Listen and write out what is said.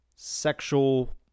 sexual